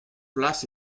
plas